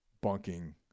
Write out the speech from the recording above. bunking